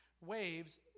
waves